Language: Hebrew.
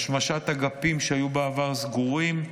השמשת אגפים שהיו בעבר סגורים,